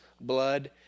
blood